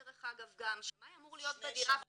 דרך אגב גם שמאי אמור להיות בדירה פיזית,